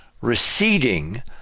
receding